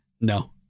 No